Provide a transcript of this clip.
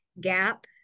gap